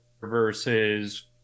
versus